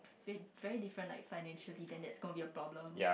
very very different like financially then that's gonna be a problem